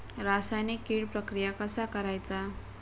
रासायनिक कीड प्रक्रिया कसा करायचा?